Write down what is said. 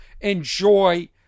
enjoy